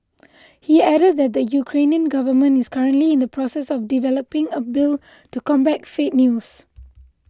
he added that the Ukrainian government is currently in the process of developing a bill to combat fake news